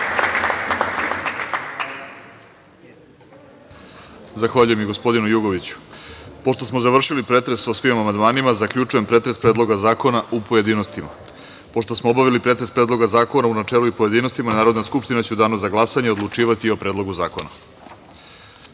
Zahvaljujem i gospodinu Jugoviću. Pošto smo završili pretres o svim amandmanima, zaključujem pretres Predloga zakona, u pojedinostima. Pošto smo obavili pretres Predloga zakona u načelu i pojedinostima, Narodna skupština će u Danu za glasanje odlučivati o Predlogu